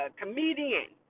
comedian